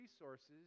resources